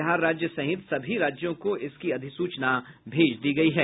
बिहार सहित सभी राज्यों को इसकी अधिसूचना भेज दी गयी है